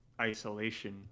isolation